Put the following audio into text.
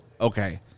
okay